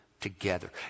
together